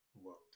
world